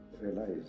realize